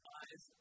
eyes